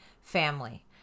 family